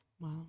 Wow